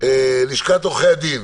נעבור ללשכת עורכי הדין.